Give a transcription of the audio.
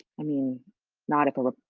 i mean not if a